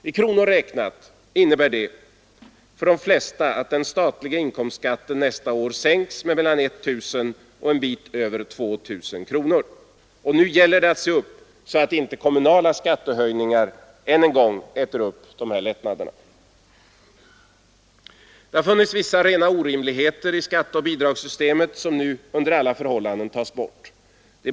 I kronor räknat innebär det för de flesta att den statliga inkomstskatten nästa år sänks med mellan 1 000 och en bit över 2 000 kronor. Nu gäller det att se upp så att inte kommunala skattehöjningar än en gång äter upp dessa lättnader. Det har funnits vissa rena orimligheter i skatteoch bidragssystemet som nu under alla förhållanden tas bort.